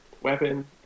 weapon